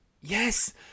Yes